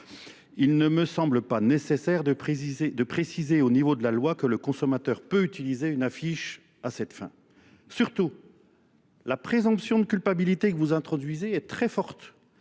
Il ne me semble pas nécessaire de préciser au niveau de la loi que le consommateur peut utiliser une affiche à cette fin. Surtout, la présomption de culpabilité que vous introduisez est très forte.